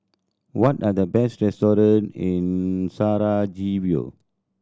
what are the best restaurant in Sarajevo